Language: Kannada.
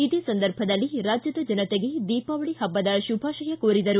ಇದೇ ಸಂದರ್ಭದಲ್ಲಿ ರಾಜ್ಜದ ಜನತೆಗೆ ದೀಪಾವಳಿ ಹಬ್ಬದ ಶುಭಾಶಯ ಕೋರಿದರು